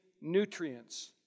nutrients